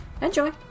Enjoy